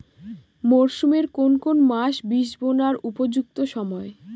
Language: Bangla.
মরসুমের কোন কোন মাস বীজ বোনার উপযুক্ত সময়?